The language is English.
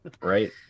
right